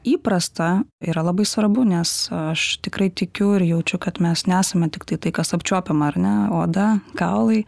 įprasta yra labai svarbu nes aš tikrai tikiu ir jaučiu kad mes nesame tik tai kas apčiuopiama ar ne oda kaulai